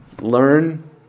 Learn